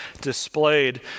displayed